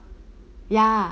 ya